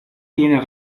tiene